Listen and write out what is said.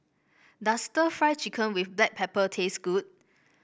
does stir Fry Chicken with Black Pepper taste good